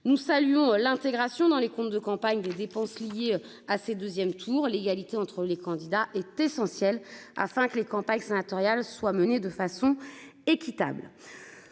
Nous saluons l'intégration dans les comptes de campagne des dépenses liées à ces deuxièmes tour l'égalité entre les candidats est essentielle afin que les campagnes sénatoriales soit menée de façon équitable.